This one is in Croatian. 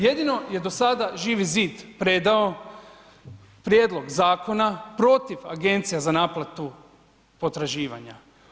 Jedino je do sada Živi zid predao prijedlog zakona protiv Agencija za naplatu potraživanja.